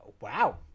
Wow